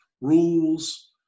rules